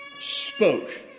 spoke